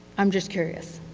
i'm just curious